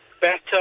better